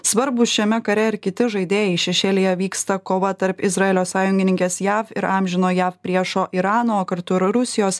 svarbūs šiame kare ir kiti žaidėjai šešėlyje vyksta kova tarp izraelio sąjungininkės jav ir amžino jav priešo irano o kartu ir rusijos